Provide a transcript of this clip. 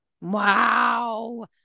wow